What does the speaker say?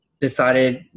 decided